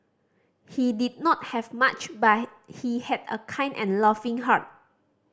he did not have much but he had a kind and loving heart